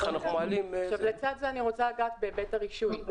אנחנו מעלים --- לצד זה אני רוצה לגעת בהיבט הרישוי.